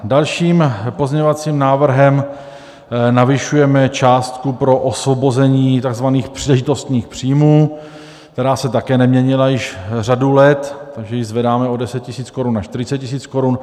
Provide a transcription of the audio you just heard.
Dalším pozměňovacím návrhem navyšujeme částku pro osvobození takzvaných příležitostných příjmů, která se také neměnila již řadu let, takže ji zvedáme o 10 tisíc korun na 40 tisíc korun.